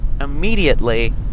immediately